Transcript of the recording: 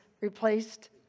replaced